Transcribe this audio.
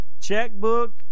checkbook